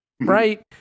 right